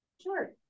Sure